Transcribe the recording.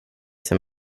som